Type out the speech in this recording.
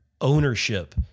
ownership